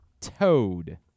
Toad